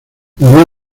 murió